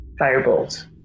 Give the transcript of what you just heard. firebolt